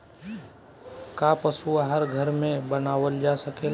का पशु आहार घर में बनावल जा सकेला?